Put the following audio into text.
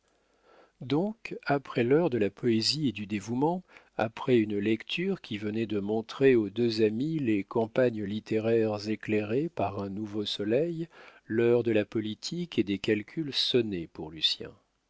donc après l'heure de la poésie et du dévouement après une lecture qui venait de montrer aux deux amis les campagnes littéraires éclairées par un nouveau soleil l'heure de la politique et des calculs sonnait pour lucien en